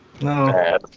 No